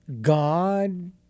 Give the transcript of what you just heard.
God